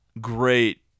Great